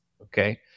Okay